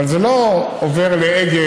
אבל זה לא עובר לאגד,